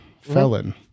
felon